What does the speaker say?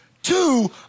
Two